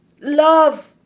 love